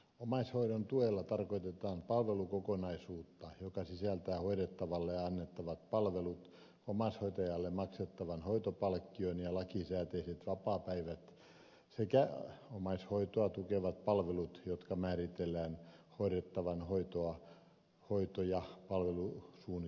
omaishoidon tuella tarkoitetaan palvelukokonaisuutta joka sisältää hoidettavalle annettavat palvelut omaishoitajalle maksettavan hoitopalkkion ja lakisääteiset vapaapäivät sekä omaishoitoa tukevat palvelut jotka määritellään hoidettavan hoito ja palvelusuunnitelmassa